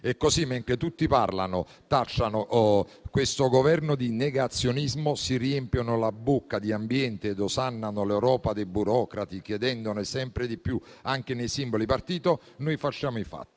E così, mentre tutti parlano, tacciano questo Governo di negazionismo, si riempiono la bocca di ambiente ed osannano l'Europa dei burocrati, chiedendone sempre di più anche nei simboli partito, noi realizziamo i fatti